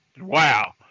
wow